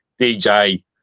DJ